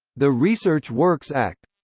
the research works act